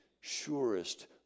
surest